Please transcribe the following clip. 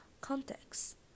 context